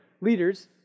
Leaders